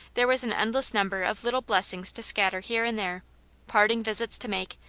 there was an endless number of little blessings to scatter here and there parting visits to make,